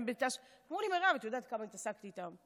את יודעת כמה התעסקתי איתן,